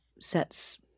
sets